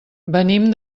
venim